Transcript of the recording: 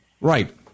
Right